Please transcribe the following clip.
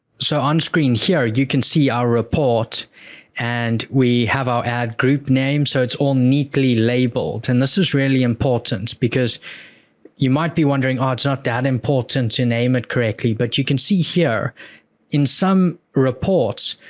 so, on screen here, you can see our report and we have our ad group name, so, it's all neatly labeled. and this is really important because you might be wondering, oh, it's not that important to name it correctly. but you can see here in some reports,